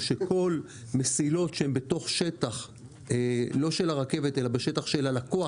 שכל מסילות שהן בשטח לא של הרכבת אלא של הלקוח,